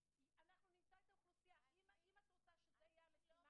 אם הוא הולך לסוף שבוע עם החברה